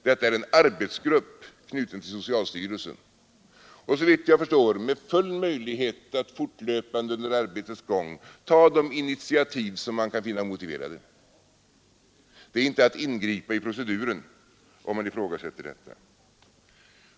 Detta är en arbetsgrupp, knuten till socialstyrelsen och, såvitt jag förstår, med full möjlighet att fortlöpande under arbetets gång ta de initiativ som kan vara motiverade. Det är inte att ingripa i proceduren att ifrågasätta detta.